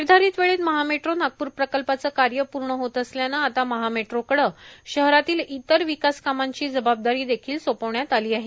निर्धारित वेळेत महामेट्रो नागपूर प्रकल्पाचं कार्य पूर्ण होत असल्यानं आता महा मेट्रोकडे शहरातील इतर विकासकामांची जबाबदारी देखील सोपविण्यात आली आहे